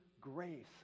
grace